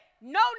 No